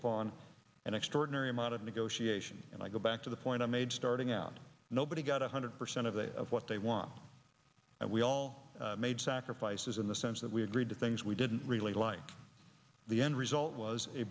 upon an extraordinary amount of negotiation and i go back to the point i made starting out nobody got one hundred percent of the of what they want and we all made sacrifices in the sense that we agreed to things we didn't really like the end result was a